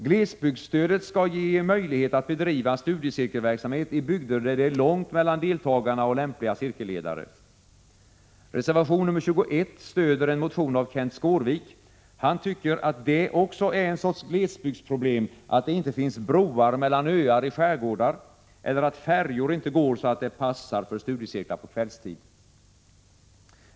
Glesbygdsstödet skall ge möjlighet att bedriva studiecirkelverksamhet i bygder där det är långt mellan deltagarna och lämpliga cirkelledare. Reservation nr 21 stöder en motion av Kenth Skårvik. Han tycker att det också är en sorts glesbygdsproblem att det inte finns broar mellan öar i skärgårdar eller att färjor inte går så att det passar för studiecirklar på kvällstid.